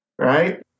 right